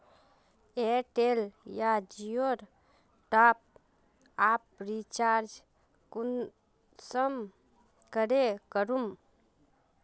Airtel या जियोर top आप रिचार्ज कुंसम करे करूम?